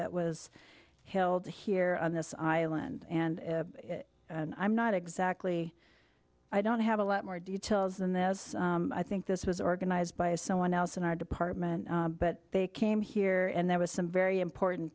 that was held here on this island and i'm not exactly i don't have a lot more details than that as i think this was organized by someone else in our department but they came here and there was some very important